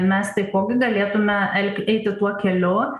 mes taipogi galėtume elgti eiti tuo keliu